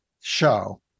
show